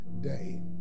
day